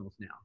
now